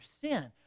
sin